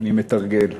אני מתרגל.